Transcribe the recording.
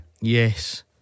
Yes